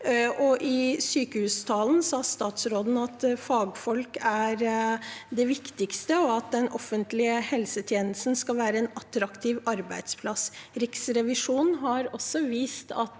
I sykehustalen sa statsråden at fagfolk er det viktigste, og at den offentlige helsetjenesten skal være en attraktiv arbeidsplass. Riksrevisjonen har også vist,